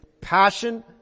passion